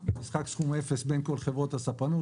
משחק סכום אפס בין כל חברות הספנות.